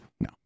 No